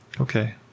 Okay